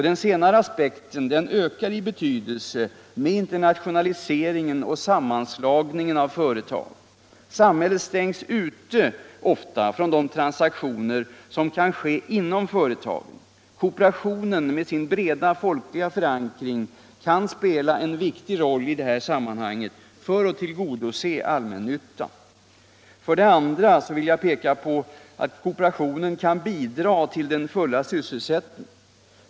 Den senare aspekten ökar i betydelse med internationaliseringen och sammanslagningen av företag. Samhället stängs ofta ute från de transaktioner som kan ske inom företagen. Kooperationen med sin breda folkliga förankring kan spela en viktig roll i det här sammanhanget för att tillgodose allmännyttan. Med mitt andra exempel vill jag peka på att kooperationen kan bidra till den fulla sysselsättningen.